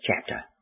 chapter